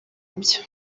byo